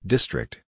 District